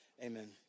Amen